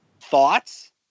Thoughts